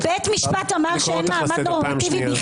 בית המשפט העליון דאז היה